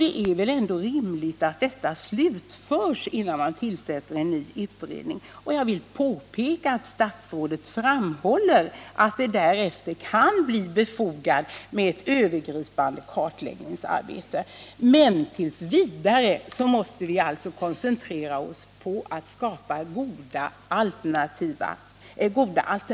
Det är väl ändå rimligt att allt detta arbete slutförs innan man tillsätter en ny utredning. Jag vill påpeka att statsrådet framhåller att det därefter kan bli befogat med ett övergripande kartläggningsarbete. Men t.v. bör vi alltså koncentrera oss på att skapa goda alternativ.